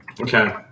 Okay